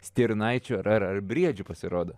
stirnaičių ar ar briedžių pasirodo